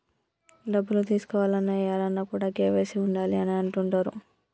డబ్బులు తీసుకోవాలన్న, ఏయాలన్న కూడా కేవైసీ ఉండాలి అని అంటుంటరు